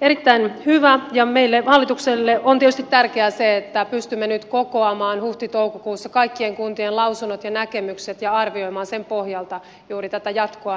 erittäin hyvä ja meille hallitukselle on tietysti tärkeää se että pystymme nyt kokoamaan huhtitoukokuussa kaikkien kuntien lausunnot ja näkemykset ja arvioimaan sen pohjalta juuri tätä jatkoa